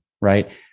right